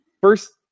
First